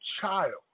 child